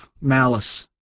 malice